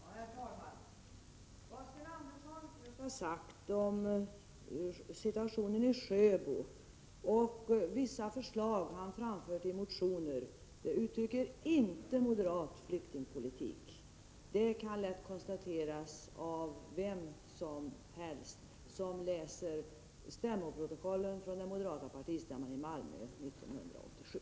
Herr talman! Vad Sten Andersson i Malmö nu har sagt om situationen i Sjöbo liksom vissa förslag som han har framfört i motioner uttrycker inte moderat flyktingpolitik. Det kan lätt konstateras av vem som helst som läser stämmoprotokollen från den moderata partistämman i Malmö 1987.